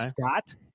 Scott